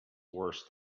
worse